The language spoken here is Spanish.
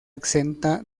exenta